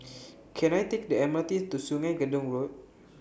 Can I Take The M R T to Sungei Gedong Road